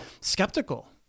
skeptical